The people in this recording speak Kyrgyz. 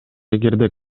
эгерде